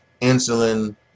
insulin